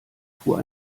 fuhr